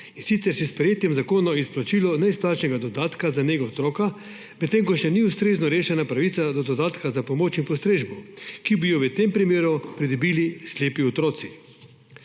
in sicer s sprejetjem Zakona o izplačilu neizplačanega dodatka za nego otroka, medtem ko še ni ustrezno rešena pravica do dodatka za pomoč in postrežbo, ki bi jo v tem primeru pridobili slepi otroci.